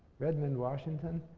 redmond, washington.